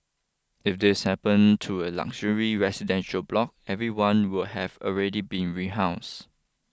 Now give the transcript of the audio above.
if this happen to a luxury residential block everyone would have already been rehouse